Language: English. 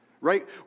right